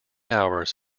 hours